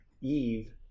Eve